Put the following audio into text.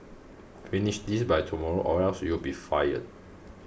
finish this by tomorrow or else you'll be fired